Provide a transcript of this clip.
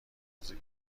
بغضی